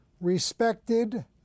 respected